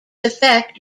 effect